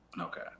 Okay